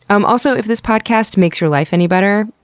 um also, if this podcast makes your life any better,